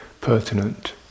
pertinent